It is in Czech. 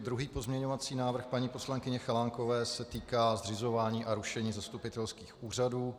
Druhý pozměňovací návrh paní poslankyně Chalánkové se týká zřizování a rušení zastupitelských úřadů.